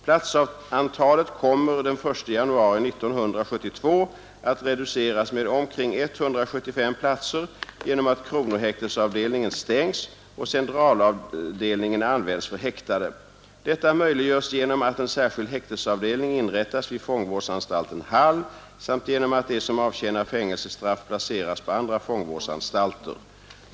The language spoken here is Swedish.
Platsantalet kommer den 1 januari 1972 att reduceras med omkring 175 platser genom att kronohäktesavdelningen stängs och centralavdelningen används för häktade. Detta möjliggörs genom att en särskild häktesavdelning inrättas vid fångvårdsanstalten Hall samt genom att de som avtjänar fängelsestraff placeras på andra fångvårdsanstalter.